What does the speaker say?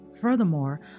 Furthermore